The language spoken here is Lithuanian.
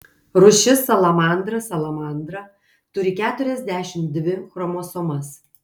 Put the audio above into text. rūšis salamandra salamandra turi keturiasdešimt dvi chromosomas